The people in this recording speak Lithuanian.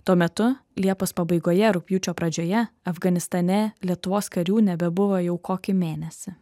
tuo metu liepos pabaigoje rugpjūčio pradžioje afganistane lietuvos karių nebebuvo jau kokį mėnesį